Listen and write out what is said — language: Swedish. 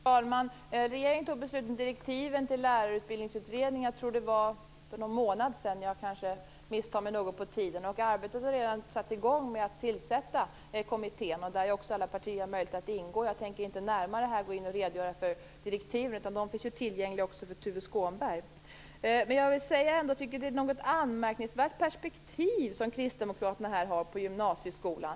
Herr talman! Regeringen tog beslut om direktiven till lärarutbildningsutredningen för någon månad sedan, tror jag, men jag kanske misstar mig något på tiden. Arbetet med att tillsätta en kommitté har redan satt i gång. Alla partier har möjlighet att ingå där. Jag tänker inte här närmare redogöra för direktiven. De finns ju tillgängliga också för Tuve Skånberg. Jag vill säga att jag tycker att det är ett något anmärkningsvärt perspektiv som kristdemokraterna har på gymnasieskolan.